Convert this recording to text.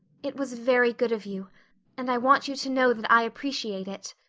it was very good of you and i want you to know that i appreciate it.